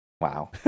Wow